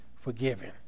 forgiven